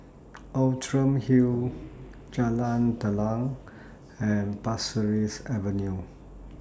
Outram Hill Jalan Telang and Pasir Ris Avenue